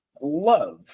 love